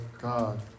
God